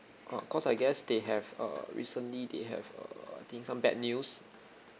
uh cause I guess they have uh recently they have uh I think some bad news